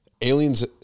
aliens